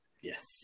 yes